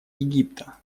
египта